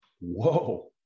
whoa